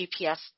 GPS